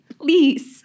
please